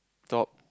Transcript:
top